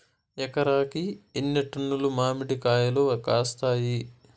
ఎకరాకి ఎన్ని టన్నులు మామిడి కాయలు కాస్తాయి?